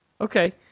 Okay